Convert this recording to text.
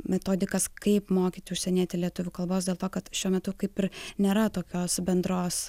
metodikas kaip mokyti užsienietį lietuvių kalbos dėl to kad šiuo metu kaip ir nėra tokios bendros